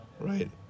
right